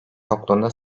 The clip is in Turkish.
yokluğunda